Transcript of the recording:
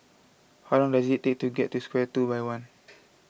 how long does it take to get to Square two by one